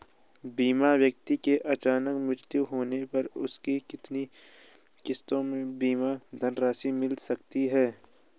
बीमित व्यक्ति के अचानक मृत्यु होने पर उसकी कितनी किश्तों में बीमा धनराशि मिल सकती है?